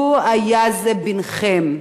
לו היה זה בנכם,